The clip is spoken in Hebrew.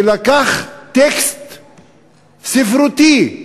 שלקח טקסט ספרותי,